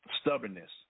stubbornness